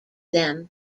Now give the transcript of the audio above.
them